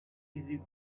easy